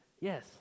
Yes